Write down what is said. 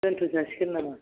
दोनथ' जासिगोन नामा